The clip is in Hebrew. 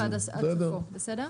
בסדר?